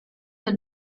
del